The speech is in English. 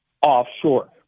offshore